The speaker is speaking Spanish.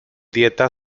dieta